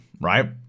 right